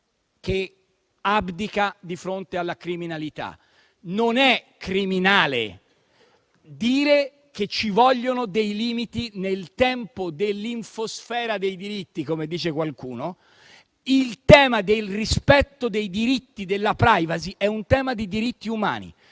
che abdica di fronte alla criminalità. Non è criminale dire che ci vogliono dei limiti nel tempo dell'infosfera dei diritti, come dice qualcuno. Il tema del rispetto dei diritti e della *privacy* è un tema di diritti umani.